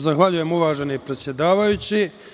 Zahvaljujem, uvaženi predsedavajući.